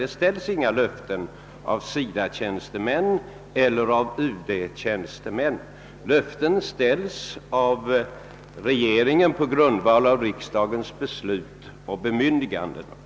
Det ges inga löften av SIDA-tjänstemän eller av UD-tjänstemän, utan löften lämnas av regeringen på grundval av riksdagens beslut och bemyndiganden.